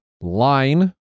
Line